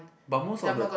but most of the